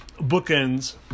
bookends